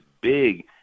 big